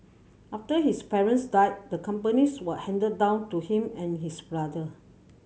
after his parents died the companies were handed down to him and his brother